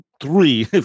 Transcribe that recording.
Three